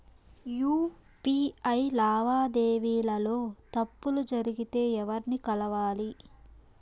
UPI లావాదేవీల లో తప్పులు జరిగితే ఎవర్ని కలవాలి?